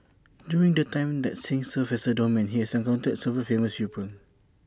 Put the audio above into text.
during the time that Singh served as A doorman he has encountered several famous people